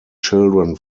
children